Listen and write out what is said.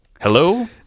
Hello